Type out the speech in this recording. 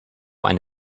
eine